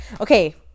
Okay